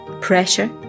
Pressure